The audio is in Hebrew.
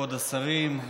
כבוד השרים,